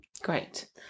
Great